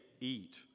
eat